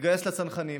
להתגייס לצנחנים